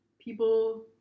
people